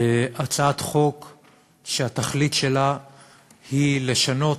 זו הצעת חוק שהתכלית שלה היא לשנות